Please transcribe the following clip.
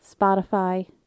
Spotify